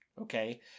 Okay